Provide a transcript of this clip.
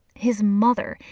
his mother!